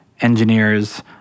engineers